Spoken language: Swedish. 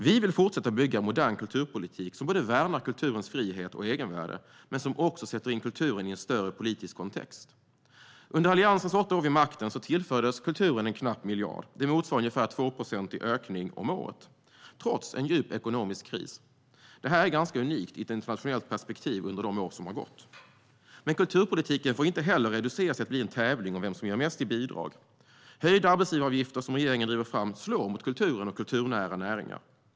Vi vill fortsätta att bygga en modern kulturpolitik som både värnar kulturens frihet och egenvärde och sätter in kulturen i en större politisk kontext. Under Alliansens åtta år vid makten tillfördes kulturen knappt 1 miljard kronor. Det motsvarar ungefär en tvåprocentig ökning om året, trots en djup ekonomisk kris. Detta är ganska unikt i ett internationellt perspektiv under de år som har gått. Kulturpolitiken får dock inte heller reduceras till att bli en tävling om vem som ger mest i bidrag. Höjda arbetsgivaravgifter, som regeringen driver fram, slår mot kulturen och kulturnära näringar.